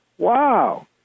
Wow